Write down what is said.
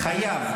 חייב,